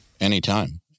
Anytime